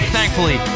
thankfully